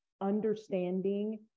understanding